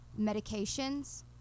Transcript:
medications